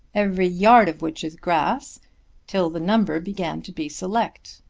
every yard of which is grass till the number began to be select.